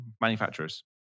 manufacturers